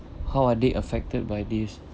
how are they affected by this